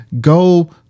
go